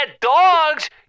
dogs